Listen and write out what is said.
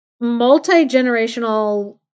multi-generational